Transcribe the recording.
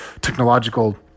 technological